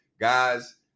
Guys